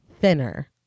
Thinner